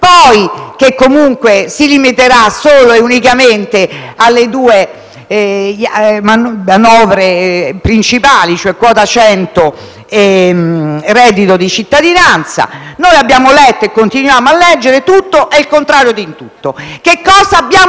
che comunque si limiterà solo e unicamente alle due misure principali, quota 100 e reddito di cittadinanza. Abbiamo letto e continuiamo a leggere tutto e il contrario di tutto. Che cosa abbiamo